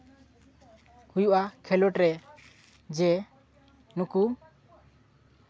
ᱦᱩᱭᱩᱜᱼᱟ ᱠᱷᱮᱞᱳᱰᱨᱮ ᱡᱮ ᱱᱩᱠᱩ